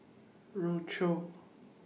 Rochor